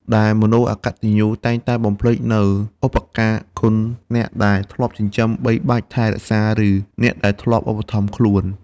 ដែលមនុស្សអកត្តញ្ញូតែងតែបំភ្លេចនូវឧបការគុណអ្នកដែលធ្លាប់ចិញ្ចឹមបីបាច់ថែរក្សា ឬអ្នកដែលធ្លាប់ឧបត្ថម្ភខ្លួន។